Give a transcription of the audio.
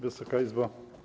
Wysoka Izbo!